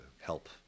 help